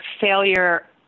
failure